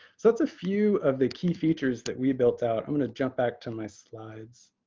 so that's a few of the key features that we built out. i'm going to jump back to my slides.